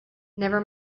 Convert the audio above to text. never